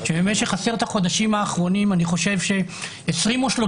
שבמשך עשרת החודשים האחרונים 20 או 30